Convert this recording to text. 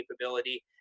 capability